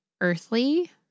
Earthly